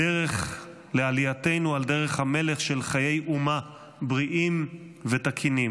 בדרך לעלייתנו על דרך המלך של חיי אומה בריאים ותקינים.